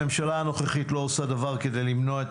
הממשלה הנוכחית לא עושה דבר כדי למנוע את